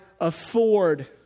afford